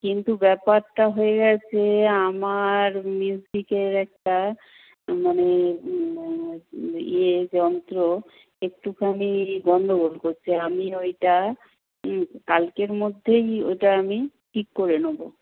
কিন্তু ব্যাপারটা হয়ে গেছে আমার মিউজিকের একটা মানে ইয়ে যন্ত্র একটুখানি গন্ডগোল করছে আমি ওইটা কালকের মধ্যেই ওইটা আমি ঠিক করে নেব